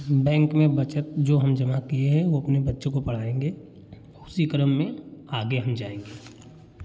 bank में बचत जो हम जमा किए हैं वह अपने बच्चों को पढ़ाएँगे उसी क्रम में आगे हम जाएँगे